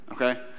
okay